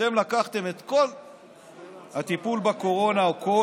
אתם לקחתם את כל הטיפול בקורונה או כל